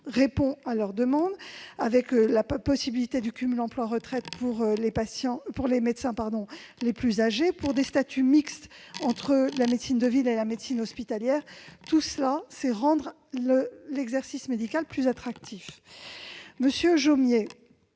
répond à leur demande -, la possibilité de cumul emploi-retraite pour les médecins les plus âgés, les statuts mixtes entre la médecine de ville et la médecine hospitalière ... Tout cela contribue à rendre l'exercice médical plus attractif. Monsieur Jomier,